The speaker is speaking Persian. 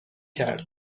کرد